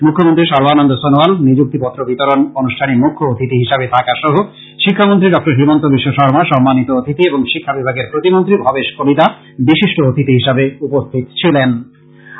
মুখ্যমন্ত্রী সর্বানন্দ সনোয়াল নিযুক্তিপত্র বিতরন অনুষ্ঠানে মুখ্য অতিথি হিসেবে থাকা সহ শিক্ষামন্ত্রী ডক্টর হিমন্তবিশ্ব শর্মা সম্মানিত অতিথি এবং শিক্ষা বিভাগের প্রতিমন্ত্রী ভবেশ কলিতা বিশিষ্ট অতিথি হিসেবে উপস্থিত ছিলেন